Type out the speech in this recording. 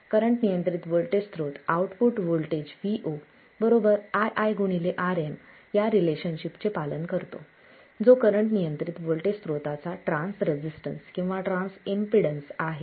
current नियंत्रित voltage स्त्रोत output voltage Vo ii Rm या रिलेशनशिप चे पालन करतो जो करंट नियंत्रित व्होल्टेज स्त्रोताचा ट्रान्स रेसिस्टेंस किंवा ट्रान्स इम्पेडन्स आहे